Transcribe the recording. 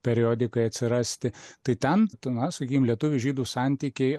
periodikai atsirasti tai ten ta na sakym lietuvių žydų santykiai